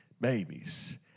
babies